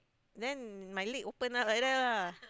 then my leg open up like that lah